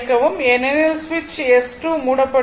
ஏனெனில் சுவிட்ச் S2 மூடப்பட்டுள்ளது